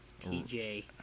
TJ